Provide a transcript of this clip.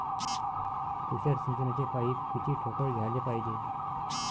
तुषार सिंचनाचे पाइप किती ठोकळ घ्याले पायजे?